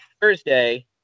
Thursday